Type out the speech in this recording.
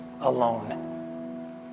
alone